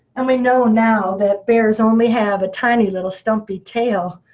and we know now that bears only have a tiny little stumpy tail.